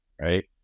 right